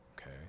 okay